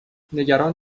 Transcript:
نگران